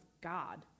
God